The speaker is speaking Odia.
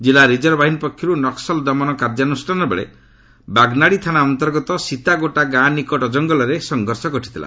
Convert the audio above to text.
ଜିଲ୍ଲା ରିଜର୍ଭ ବାହିନୀ ପକ୍ଷରୁ ନକ୍ବଲ୍ ଦମନ କାର୍ଯ୍ୟାନୁଷ୍ଠାନବେଳେ ବାଗ୍ନାଡ଼ି ଥାନା ଅନ୍ତର୍ଗତ ସୀତାଗୋଟା ଗାଁ ନିକଟ ଜଙ୍ଗଲରେ ସଂଘର୍ଷ ଘଟିଥିଲା